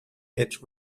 hit